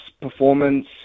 performance